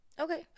Okay